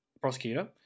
prosecutor